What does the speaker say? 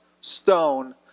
stone